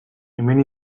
hemen